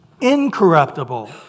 incorruptible